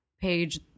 page